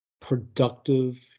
productive